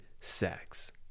sex